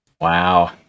Wow